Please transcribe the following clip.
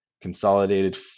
consolidated